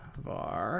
var